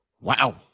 Wow